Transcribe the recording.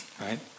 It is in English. right